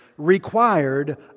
required